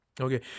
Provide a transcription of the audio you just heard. Okay